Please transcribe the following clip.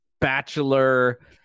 bachelor